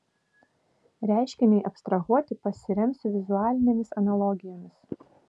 reiškiniui abstrahuoti pasiremsiu vizualinėmis analogijomis